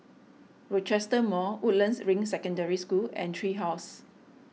Rochester Mall Woodlands Ring Secondary School and Tree House